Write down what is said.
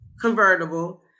convertible